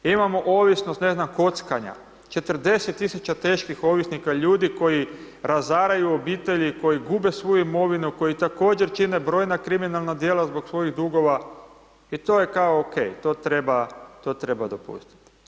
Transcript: Imamo ovisnost ne znam, kockanja, 40 000 teških ovisnika, ljudi koji razaraju obitelji, koji gube svoju imovinu, koji također čine brojna kriminalna djela zbog svojih dugova i to je kao ok, to treba dopustiti.